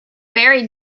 very